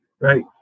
right